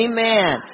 Amen